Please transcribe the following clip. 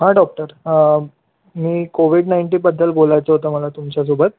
हा डॉक्टर मी कोविड नाईंटिनबद्दल बोलायचं होतं मला तुमच्यासोबत